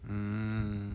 mm